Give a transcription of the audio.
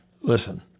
Listen